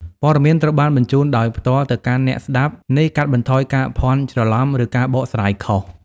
ព័ត៌មានត្រូវបានបញ្ជូនដោយផ្ទាល់ទៅកាន់អ្នកស្ដាប់ នេះកាត់បន្ថយការភ័ន្តច្រឡំ ឬការបកស្រាយខុស។